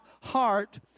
heart